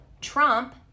Trump